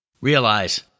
Realize